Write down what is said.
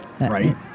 Right